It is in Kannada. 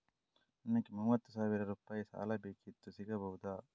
ನನಗೆ ಮೂವತ್ತು ಸಾವಿರ ರೂಪಾಯಿ ಸಾಲ ಬೇಕಿತ್ತು ಸಿಗಬಹುದಾ?